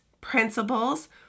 principles